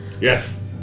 Yes